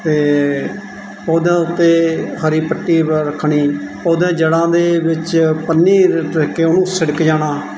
ਅਤੇ ਪੌਦਿਆਂ ਦੇ ਉੱਤੇ ਹਰੀ ਪੱਟੀ ਬ ਰੱਖਣੀ ਪੌਦਿਆ ਦੀ ਜੜ੍ਹਾਂ ਦੇ ਵਿੱਚ ਪੰਨੀ ਉਹਨੂੰ ਛਿੜਕ ਜਾਣਾ